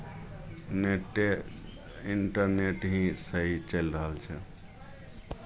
नेटे internet ही सही चलि रहल छै